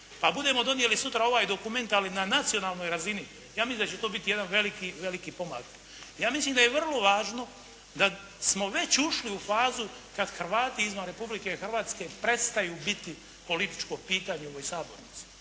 pa budemo donijeli sutra donijeli ovaj dokument, ali na nacionalnoj razini, ja mislim da će to biti jedan veliki, veliki pomak. Ja mislim da je vrlo važno da smo veći ušli u fazu kad Hrvati izvan Republike Hrvatske prestaju biti političko pitanje u ovoj sabornici